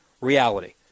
reality